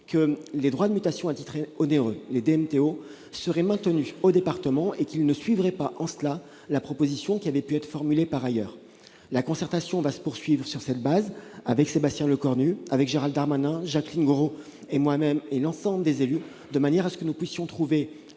que les droits de mutation à titre onéreux, les DMTO, seraient maintenus aux départements et qu'il ne suivrait pas, en cela, la proposition qui avait pu être formulée par ailleurs. La concertation va se poursuivre sur cette base avec Sébastien Lecornu, Gérald Darmanin, Jacqueline Gourault, moi-même et l'ensemble des élus, de manière que nous puissions trouver